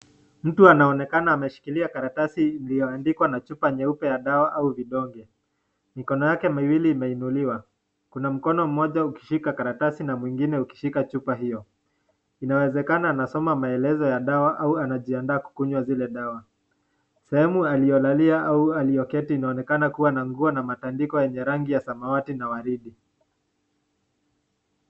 Mtu anaonekana ameshikilia karatasi iliyoandikwa na chupa ya dawa ama vidonge. Mikono yake miwili imeinuliwa. Kuna mkono mmoja ukishika karatasi na mwingine ukishika chupa hiyo. Inawezekana anasoma maelezo ya dawa ama anajiandaa kukunywa zile dawa. Sehemu aliyelalia ama aliye keti inaonekana kua na nguo na matandiko yeye rangi ya samawati na waridi.